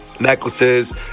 necklaces